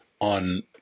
on